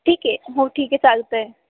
ठीक आहे हो ठीक आहे चालतं आहे